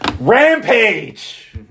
Rampage